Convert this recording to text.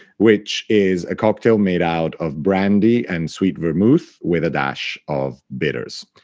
which is a cocktail made out of brandy and sweet vermouth with a dash of bitters.